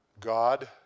God